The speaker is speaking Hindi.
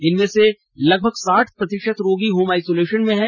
इनमें से लगभग साठ प्रतिशत रोगी होम आइसोलेशन में हैं